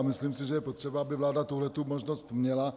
Myslím si, že je potřeba, aby vláda tuhletu možnost měla.